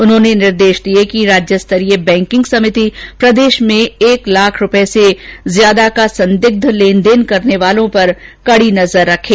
उन्होंने निर्देश दिए कि राज्य स्तरीय बैंकिंग समिति प्रदेश में एक लाख रूपए से ज्यादा का संदिग्ध लेनदेन करने वालों पर कड़ी नजर रखे